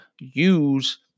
use